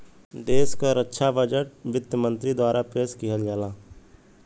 देश क रक्षा बजट वित्त मंत्री द्वारा पेश किहल जाला